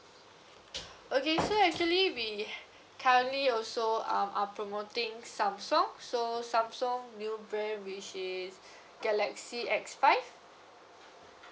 okay so actually we currently also um are promoting samsung so samsung new brand which is galaxy X five